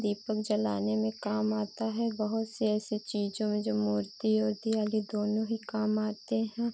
दीपक जलाने में काम आता है बहुत सी ऐसी चीज़ों में जो मूर्ति और दियाली दोनों ही काम आते हैं